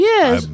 Yes